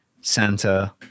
Santa